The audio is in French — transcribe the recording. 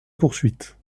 poursuite